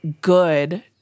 good